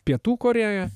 pietų korėja